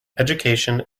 education